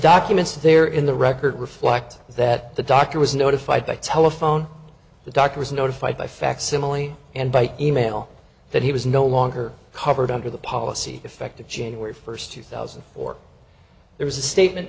documents there in the record reflect that the doctor was notified by telephone the doctor was notified by facsimile and by e mail that he was no longer covered under the policy effective january first two thousand and four there was a statement